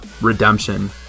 redemption